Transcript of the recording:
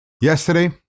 Yesterday